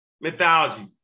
mythology